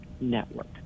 network